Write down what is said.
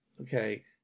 okay